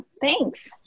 thanks